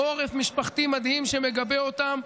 עורף משפחתי מדהים שמגבה אותם.